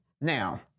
Now